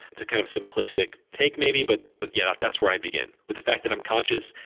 it's a kind of simplistic take maybe, but but yeah, that's where i begin, with the fact that i'm conscious,